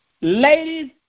ladies